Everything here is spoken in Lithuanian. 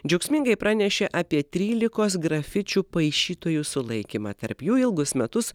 džiaugsmingai pranešė apie trylikos grafičių paišytojų sulaikymą tarp jų ilgus metus